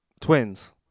twins